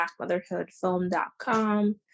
blackmotherhoodfilm.com